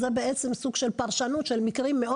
זה בעצם סוג של פרשנות של מקרים מאוד